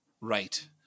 Right